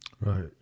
Right